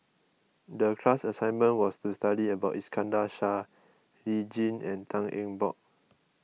the class assignment was to study about Iskandar Shah Lee Tjin and Tan Eng Bock